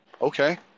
Okay